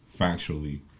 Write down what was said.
factually